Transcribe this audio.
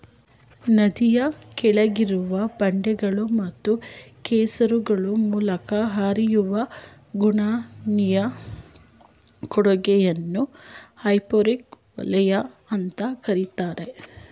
ನದಿಯ ಕೆಳಗಿರುವ ಬಂಡೆಗಳು ಮತ್ತು ಕೆಸರುಗಳ ಮೂಲಕ ಹರಿಯುವ ಗಣನೀಯ ಕೊಡುಗೆಯನ್ನ ಹೈಪೋರೆಕ್ ವಲಯ ಅಂತ ಕರೀತಾರೆ